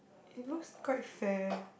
it looks quite fair